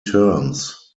terms